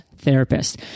therapist